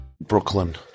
Brooklyn